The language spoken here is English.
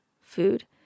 food